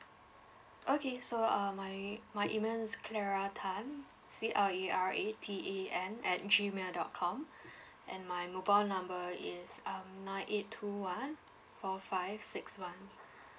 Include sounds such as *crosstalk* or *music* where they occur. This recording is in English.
okay so uh my my email is clara tan C L A R A T A N at G mail dot com *breath* and my mobile number is um nine eight two one four five six one